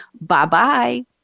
bye-bye